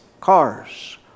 Cars